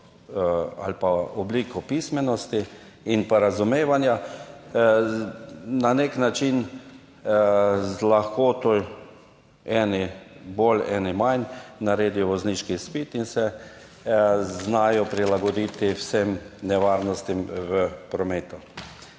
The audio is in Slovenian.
ali obliko pismenosti in razumevanja, na nek način, eni bolj z lahkoto, drugi manj, naredijo vozniški izpit in se znajo prilagoditi vsem nevarnostim v prometu.